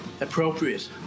appropriate